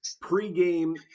Pre-game